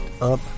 up